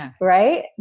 right